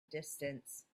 distance